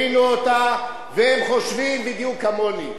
הבינו אותה, והם חושבים בדיוק כמוני.